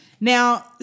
Now